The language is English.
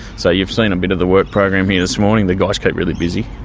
so you've seen a bit of the work program here this morning, the guys keep really busy.